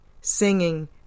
singing